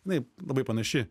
jinai labai panaši